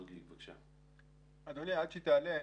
כרגע אין נכונות.